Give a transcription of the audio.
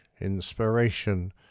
inspiration